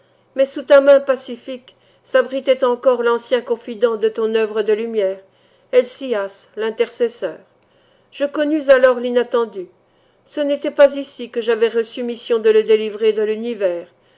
mais sous ta main pacifique s'abritait encore l'ancien confident de ton œuvre de lumière helcias l'intercesseur je connus alors l'inattendu ce n'était pas ici que j'avais reçu mission de le délivrer de l'univers